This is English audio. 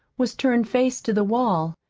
was turned face to the wall.